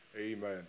Amen